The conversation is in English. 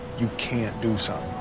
you can't do some